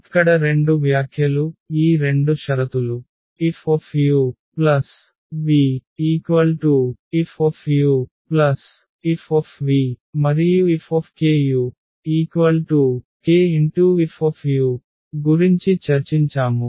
ఇక్కడ 2 వ్యాఖ్యలుఈ 2 షరతులుFuvFuF మరియుFkukF గురించి చర్చించాము